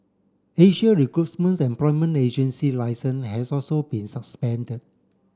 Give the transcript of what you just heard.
Asia Recruit's employment agency licence has also been suspended